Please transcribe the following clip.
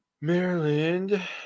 Maryland